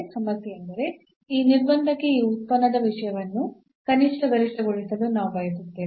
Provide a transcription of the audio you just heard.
ಸಮಸ್ಯೆಯೆಂದರೆ ಈ ನಿರ್ಬಂಧಕ್ಕೆ ಈ ಉತ್ಪನ್ನದ ವಿಷಯವನ್ನು ಕನಿಷ್ಠ ಗರಿಷ್ಠಗೊಳಿಸಲು ನಾವು ಬಯಸುತ್ತೇವೆ